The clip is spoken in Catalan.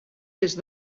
est